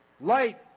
light